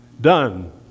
done